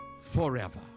forever